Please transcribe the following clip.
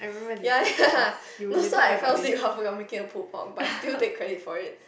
ya ya so I fell asleep halfway while making the pulpo but still take credit from it